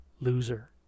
loser